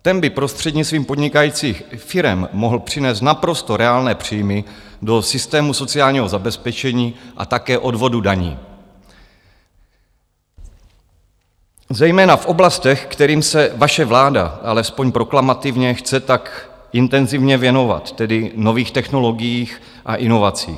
Ten by prostřednictvím podnikajících firem mohl přinést naprosto reálné příjmy do systému sociálního zabezpečení a také odvodů daní, zejména v oblastech, kterým se vaše vláda alespoň proklamativně chce tak intenzivně věnovat, tedy v nových technologiích a inovacích.